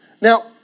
Now